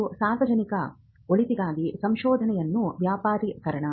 1 ಸಾರ್ವಜನಿಕ ಒಳಿತಿಗಾಗಿ ಸಂಶೋಧನೆಯ ವ್ಯಾಪಾರೀಕರಣ